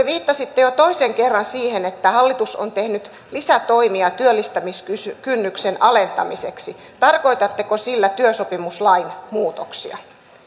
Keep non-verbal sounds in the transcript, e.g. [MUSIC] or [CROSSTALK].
[UNINTELLIGIBLE] viittasitte jo toisen kerran siihen että hallitus on tehnyt lisätoimia työllistämiskynnyksen alentamiseksi tarkoitatteko sillä työsopimuslain muutoksia